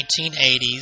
1980s